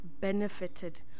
benefited